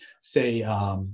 say